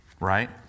Right